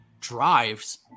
drives